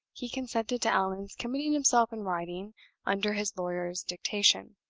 he consented to allan's committing himself in writing under his lawyer's dictation.